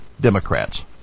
Democrats